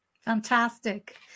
fantastic